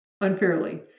unfairly